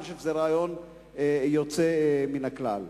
אני חושב שזה רעיון יוצא מן הכלל.